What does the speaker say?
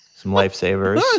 some life savers,